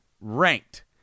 ranked